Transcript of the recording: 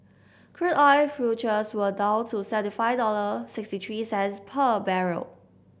crude oil futures were down to seventy five dollar sixty threes per barrel